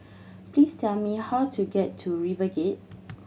please tell me how to get to RiverGate